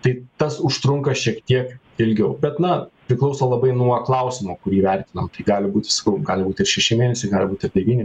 tai tas užtrunka šiek tiek ilgiau bet na priklauso labai nuo klausimo kurį vertinam tai gali būti sakau gali būt ir šeši mėnesiai gali būt ir devyni